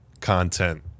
content